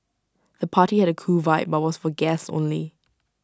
the party had A cool vibe but was for guests only